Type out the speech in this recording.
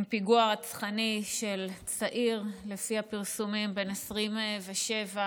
עם פיגוע רצחני של צעיר, לפי הפרסומים בן 27,